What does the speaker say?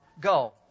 go